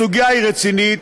הסוגיה היא רצינית,